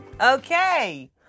Okay